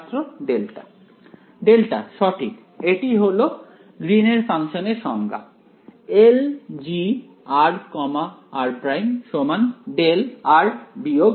ছাত্র delta delta সঠিক এটি হলো গ্রীন এর ফাংশনের সংজ্ঞা Lgr r′ δr r′